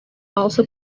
also